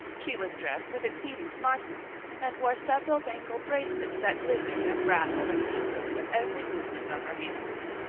she was dressed with exceeding smartness and wore several bangle bracelets that glittered and rattled and tinkled with every movement of her hands.